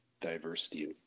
diversity